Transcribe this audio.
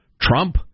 Trump